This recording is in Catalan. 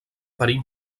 perill